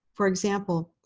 for example,